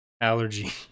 allergy